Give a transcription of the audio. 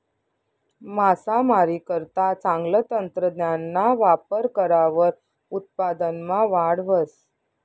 मासामारीकरता चांगलं तंत्रज्ञानना वापर करावर उत्पादनमा वाढ व्हस